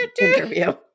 interview